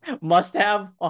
must-have